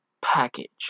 package